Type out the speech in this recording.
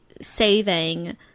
saving